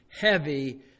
heavy